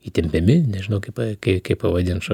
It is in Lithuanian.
įtempiami nežinau kaip kaip pavadint